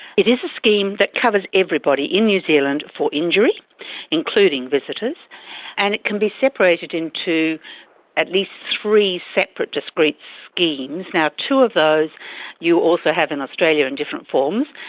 it is a scheme that covers everybody in new zealand for injury including visitors and it can be separated into at least three separate, discrete schemes. now two of those you also have in australia in different forms.